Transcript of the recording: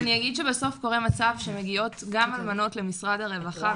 אני אגיד שבסוף קורה מצב שמגיעות גם אלמנות למשרד הרווחה,